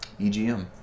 EGM